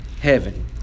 heaven